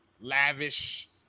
lavish